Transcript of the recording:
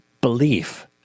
belief